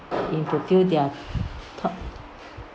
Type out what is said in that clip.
in produce their top